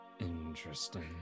Interesting